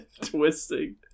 Twisting